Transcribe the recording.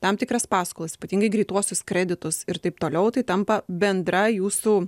tam tikras paskolas ypatingai greituosius kreditus ir taip toliau tai tampa bendra jūsų